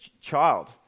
child